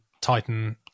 Titan